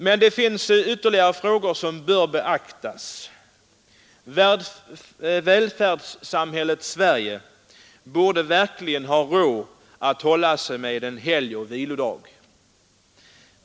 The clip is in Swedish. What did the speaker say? Det finns emellertid ytterligare synpunkter som bör beaktas. Välfärdssamhället Sverige borde verkligen ha råd att hålla sig med en helgoch vilodag.